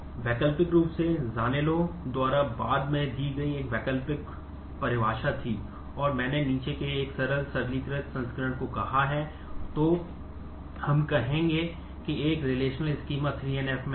वैकल्पिक रूप से ज़ानिलो है